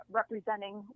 representing